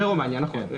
ורומניה, נכון.